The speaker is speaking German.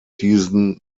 diesen